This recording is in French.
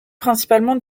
principalement